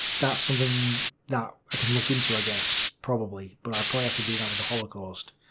that's something that i could look into i guess, probably, but i probably have to do that with the holocaust.